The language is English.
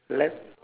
lap